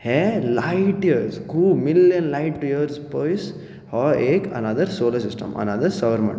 हे light years खूब million light years पयस हो एक अनादर सोलर सिस्टम अनादर सौर मंडल